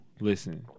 listen